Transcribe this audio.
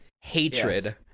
hatred